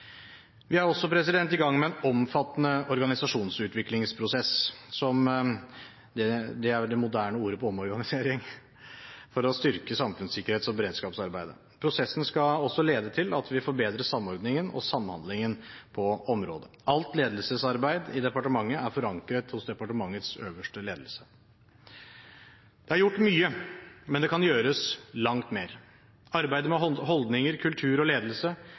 Vi er også i gang med en omfattende organisasjonsutviklingsprosess – det er jo det moderne ordet for omorganisering – for å styrke samfunnssikkerhets- og beredskapsarbeidet. Prosessen skal også lede til at vi forbedrer samordningen og samhandlingen på området. Alt ledelsesarbeid i departementet er forankret hos departementets øverste ledelse. Det er gjort mye, men det kan gjøres langt mer. Arbeidet med holdninger, kultur og ledelse